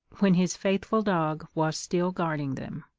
when his faithful dog was still guarding them.